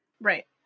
right